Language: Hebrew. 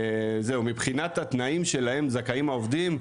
מבחינת התנאים שלהם זכאים העובדים,